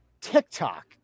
TikTok